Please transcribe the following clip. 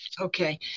Okay